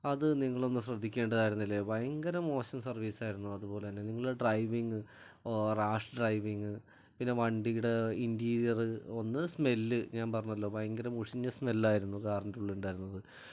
അത് നിങ്ങളൊന്ന് ശ്രദ്ധിക്കേണ്ടതായിരുന്നില്ലേ ഭയങ്കര മോശം സർവീസായിരുന്നു അതുപോലെ തന്നെ നിങ്ങളുടെ ഡ്രൈവിംഗ് റാഷ് ഡ്രൈവിംഗ് പിന്നെ വണ്ടിയുടെ ഇൻ്റീരിയർ ഒന്ന് സ്മെല്ല് ഞാൻ പറഞ്ഞല്ലോ ഭയങ്കര മുഷിഞ്ഞ സ്മെല്ലായിരുന്നു കാറിൻ്റെ ഉള്ളിലുണ്ടായിരുന്നത്